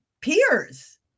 peers